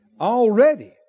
already